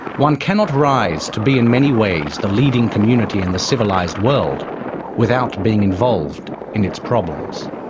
one cannot rise to be in many ways the leading community in the civilised world without being involved in its problems.